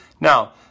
Now